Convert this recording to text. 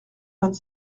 vingt